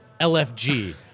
LFG